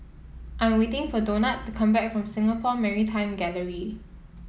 I am waiting for Donat to come back from Singapore Maritime Gallery